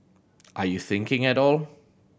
are you thinking at all